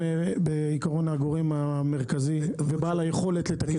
בעיקרון, הם הגורם המרכזי ובעל היכולת לטפל.